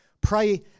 pray